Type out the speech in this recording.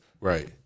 Right